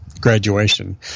graduation